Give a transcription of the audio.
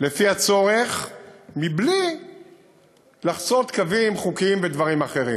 לפי הצורך, בלי לחצות קווים, חוקים ודברים אחרים.